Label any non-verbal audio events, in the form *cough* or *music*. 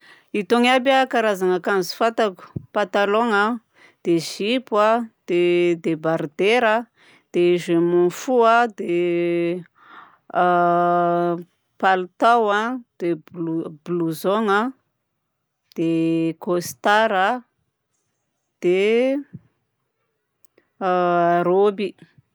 Itony aby a karazagna akanjo fantako: patalogna, dia zipo a, dia debardera, dia je m'en fous a, *hesitation* dia palitao a, dia blou- blousongna, dia costard a, dia *hesitation* rôby.